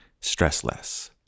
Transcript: stressless